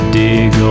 dig